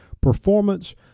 performance